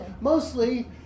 mostly